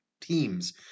teams